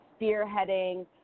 spearheading